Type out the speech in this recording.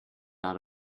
out